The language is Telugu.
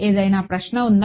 ఏదైనా ప్రశ్న ఉందా